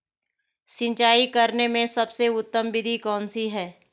सिंचाई करने में सबसे उत्तम विधि कौन सी है?